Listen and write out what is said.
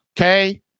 Okay